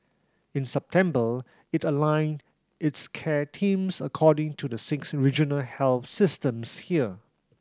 in September it aligned its care teams according to the six regional health systems here